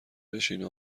بشین